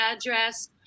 address